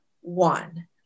one